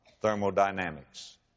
thermodynamics